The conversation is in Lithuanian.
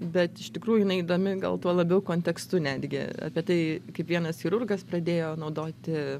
bet iš tikrųjų jinai įdomi gal tuo labiau kontekstu netgi apie tai kaip vienas chirurgas pradėjo naudoti